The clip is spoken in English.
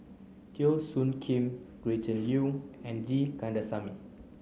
Teo Soon Kim Gretchen Liu and G Kandasamy